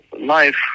life